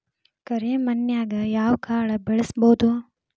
ಕರೆ ಮಣ್ಣನ್ಯಾಗ್ ಯಾವ ಕಾಳ ಬೆಳ್ಸಬೋದು?